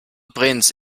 prince